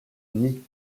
nie